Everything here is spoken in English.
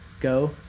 Go